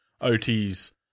ot's